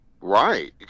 Right